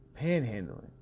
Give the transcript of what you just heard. Panhandling